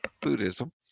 Buddhism